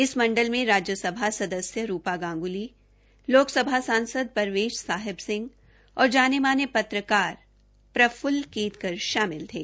इस मंडल में राज्य सभा सदस्य रूपा गांग्ली लोकसभा सांसद परवेश साहेब सिंह और जाने माने पत्रकार प्रफ्ल्ल केतकर शामिल थे